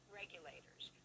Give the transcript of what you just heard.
regulators